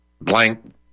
blank